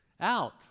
out